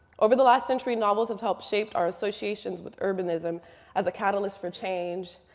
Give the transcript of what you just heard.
over the last century, novels have helped shape our associations with urbanism as a catalyst for change,